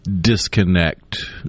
disconnect